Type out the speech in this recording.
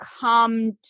come